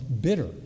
bitter